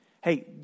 Hey